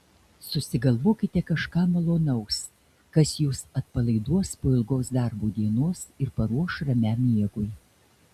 susigalvokite kažką malonaus kas jus atpalaiduos po ilgos darbo dienos ir paruoš ramiam miegui